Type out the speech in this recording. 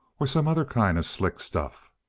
or some other kind of slick stuff?